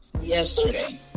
Yesterday